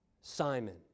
Simon